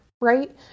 right